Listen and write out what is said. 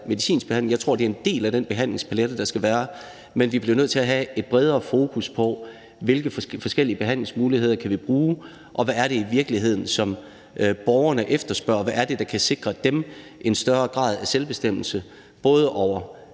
medicinsk behandling, jeg tror, det er en del af den behandlingspalet, der skal være, men vi bliver nødt til at have et bredere fokus på, hvilke forskellige behandlingsmuligheder vi kan bruge, hvad det i virkeligheden er borgerne efterspørger, og hvad det er, der kan sikre dem en større grad af selvbestemmelse, både over